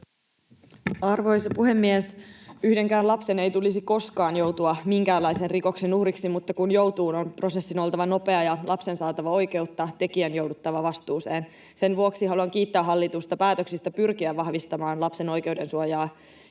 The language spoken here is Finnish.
Arvoisa puhemies! Yhdenkään lapsen ei tulisi koskaan joutua minkäänlaisen rikoksen uhriksi, mutta kun joutuu, on prosessin oltava nopea ja lapsen saatava oikeutta, tekijän jouduttava vastuuseen. Sen vuoksi haluan kiittää hallitusta päätöksistä pyrkiä vahvistamaan lapsen oikeuden suojaa